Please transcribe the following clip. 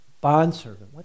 Bondservant